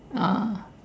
ah